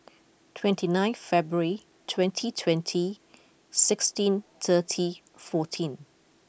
twenty nine February twenty twenty sixteen thirty fourteen